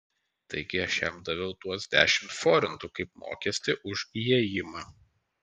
taigi aš jam daviau tuos dešimt forintų kaip mokestį už įėjimą